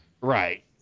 Right